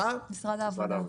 משרד העבודה.